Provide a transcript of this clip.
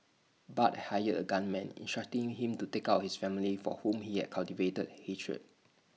Bart hired A gunman instructing him to take out his family for whom he had cultivated hatred